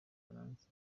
bufaransa